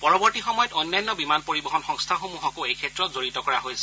পৰৱৰ্তী সময়ত অন্যান্য বিমান পৰিবহণ সংস্থাসমূহকো এই ক্ষেত্ৰত জডিত কৰা হৈছিল